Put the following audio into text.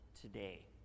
today